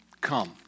come